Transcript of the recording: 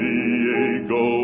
Diego